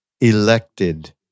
elected